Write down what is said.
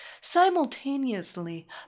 Simultaneously